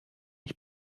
ich